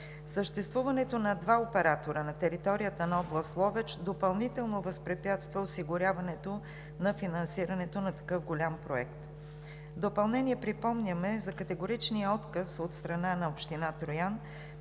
Съществуването на два оператора на територията на област Ловеч, допълнително възпрепятства осигуряването на финансиране на такъв голям проект. В допълнение припомняме за категоричния отказ от страна на община Троян